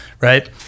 right